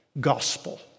gospel